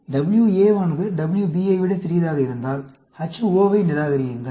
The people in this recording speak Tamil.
WA வானது WB ஐ விட சிறியதாக இருந்தால் Ho வை நிராகரியுங்கள்